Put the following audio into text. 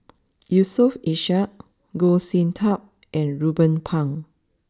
Yusof Ishak Goh Sin Tub and Ruben Pang